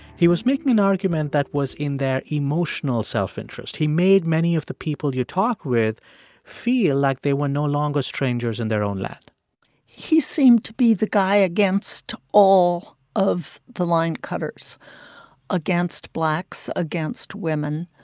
he was making an argument that was in their emotional self-interest. he made many of the people you talk with feel like they were no longer strangers in their own land he seemed to be the guy against all of the line-cutters against blacks, against women,